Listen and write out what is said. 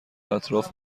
اطراف